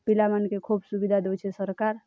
ପିଲାମାନ୍କେ ଖୋବ୍ ସୁବିଧା ଦୋଉଛେ ସର୍କାର୍